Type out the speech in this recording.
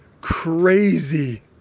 crazy